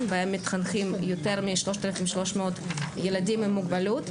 בהם מתחנכים יותר מ-3,300 ילדים עם מוגבלות.